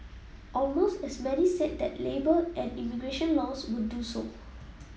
almost as many said that labour and immigration laws would do so